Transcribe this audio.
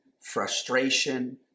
frustration